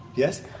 yes?